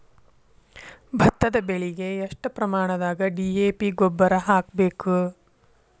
ಭತ್ತದ ಬೆಳಿಗೆ ಎಷ್ಟ ಪ್ರಮಾಣದಾಗ ಡಿ.ಎ.ಪಿ ಗೊಬ್ಬರ ಹಾಕ್ಬೇಕ?